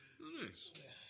nice